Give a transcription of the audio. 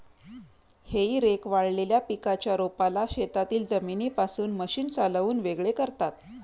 हेई रेक वाळलेल्या पिकाच्या रोपाला शेतातील जमिनीपासून मशीन चालवून वेगळे करतात